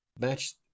match